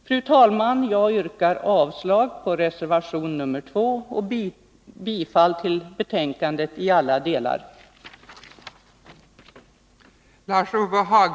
Fru talman! Jag yrkar avslag på reservation nr 2 och bifall till utskottets hemställan i alla delar.